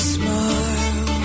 smile